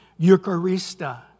eucharista